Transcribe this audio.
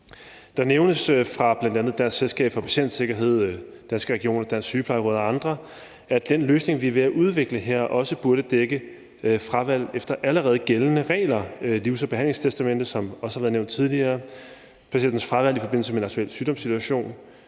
Der nævnes bl.a. fra Dansk Selskab For Patientsikkerhed, Danske Regioner, Dansk Sygeplejeråd og andre, at den løsning, vi er ved at udvikle her, også burde dække fravalg efter allerede gældende regler. Ved livs- og behandlingstestamente, som også har været nævnt tidligere, findes f.eks. fravalg i forbindelse med en aktuel sygdomssituation